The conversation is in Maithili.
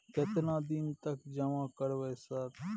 केतना दिन तक जमा करबै सर?